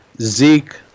Zeke